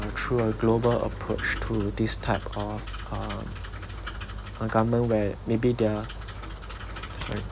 through a global approach to this type of uh uh government where maybe their sorry